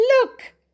Look